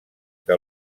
que